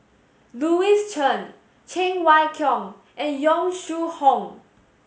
Louis Chen Cheng Wai Keung and Yong Shu Hoong